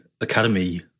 Academy